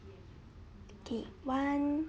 okay one